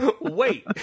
Wait